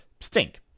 stink